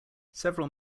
several